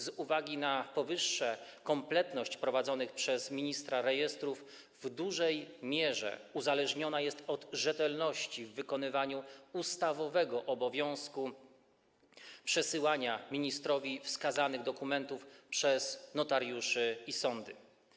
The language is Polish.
Z uwagi na powyższe kompletność prowadzonych przez ministra rejestrów w dużej mierze uzależniona jest od rzetelności w wykonywaniu ustawowego obowiązku przesyłania ministrowi wskazanych dokumentów przez notariuszy i sądy.